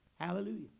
Hallelujah